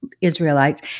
Israelites